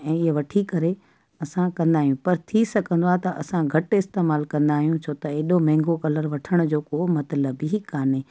ऐं इहे वठी करे असां कंदा आहियूं पर थी सघंदो आहे त असां घटि इसस्तेमालु कंदा आहियूं छो त एॾो महांगो कलर वठण जो को मतिलबु ई कोन्हे